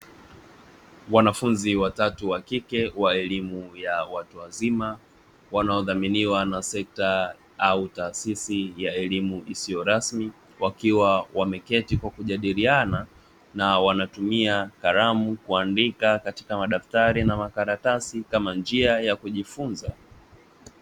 Wanafunzi watatu wa kike wa elimu ya watu wazima wanaodhaminiwa na sekta au taasisi ya elimu isiyo rasmi, wakiwa wameketi kwa kujadiliana na wanatumia kalamu kwa kuandika, katika maaftari na makaratasi kama njia ya kujifunza.